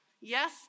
Yes